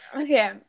Okay